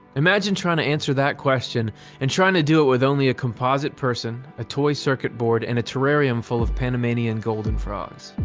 imagine trying to answer that question and trying to do it with only a composite person a toy circuit board and a terrarium full of panamanian golden frogs.